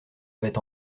avait